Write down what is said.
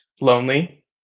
lonely